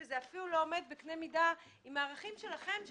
לרבות בתת הקרקע לא נמצאים ערכים ארכיאולוגים."